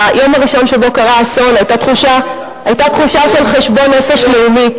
ביום הראשון שבו קרה האסון היתה תחושה של חשבון נפש לאומי,